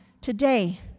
today